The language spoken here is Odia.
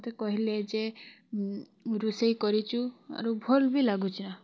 ମୋତେ କହିଲେ ଯେ ରୋଷେଇ କରିଚୁ ଆରୁ ଭଲ୍ ବି ଲାଗୁଚା